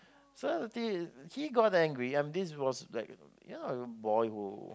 so the thing he got angry and this was like ya boy who